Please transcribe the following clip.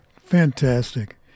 Fantastic